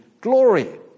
glory